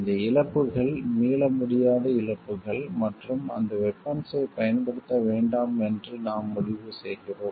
இந்த இழப்புகள் மீள முடியாத இழப்புகள் மற்றும் அந்த வெபன்ஸ்ஸைப் பயன்படுத்த வேண்டாம் என்று நாம் முடிவு செய்கிறோம்